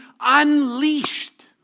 unleashed